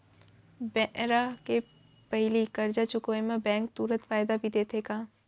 बेरा के पहिली करजा चुकोय म बैंक तुरंत फायदा भी देथे का?